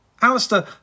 Alistair